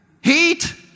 Heat